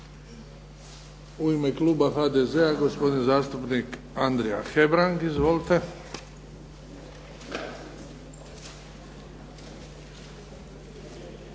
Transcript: U ime Kluba HDZ-a gospodin zastupnik Andrija Hebrang. Izvolite.